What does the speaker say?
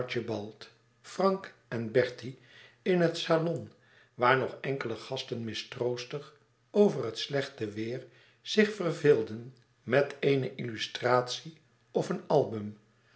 frank en bertie in het salon waar nog enkele gasten mistroostig over het slechte weêr zich verveelden met eene illustratie of een album